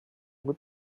good